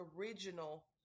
original